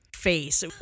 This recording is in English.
face